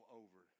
over